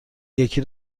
یکی